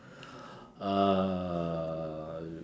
uh